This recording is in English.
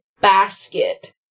basket